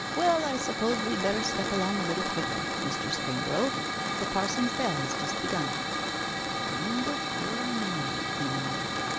well, i suppose we had better step along a little quicker, mr. springrove the parson's bell has just begun number forty-nine he murmured.